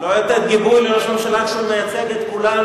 לא לתת גיבוי לראש ממשלה כשהוא מייצג את כולנו.